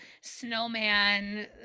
snowman